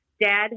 Dad